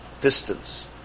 distance